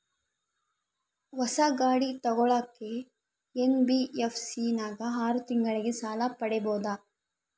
ಹೊಸ ಗಾಡಿ ತೋಗೊಳಕ್ಕೆ ಎನ್.ಬಿ.ಎಫ್.ಸಿ ನಾಗ ಆರು ತಿಂಗಳಿಗೆ ಸಾಲ ಪಡೇಬೋದ?